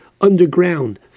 underground